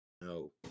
No